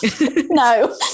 no